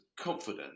confident